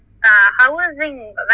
housing